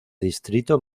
distrito